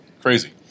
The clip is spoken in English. crazy